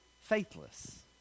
faithless